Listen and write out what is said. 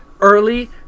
Early